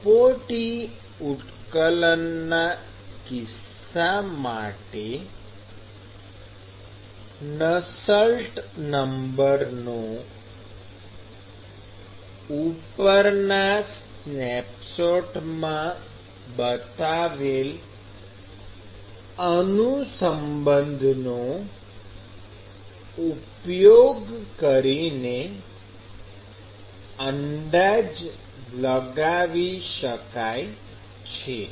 કપોટી ઉત્કલનના કિસ્સા માટે Nu નો ઉપરના સ્નેપશોટમાં બતાવેલ અનુસંબંધનો ઉપયોગ કરીને અંદાજ લગાવી શકાય છે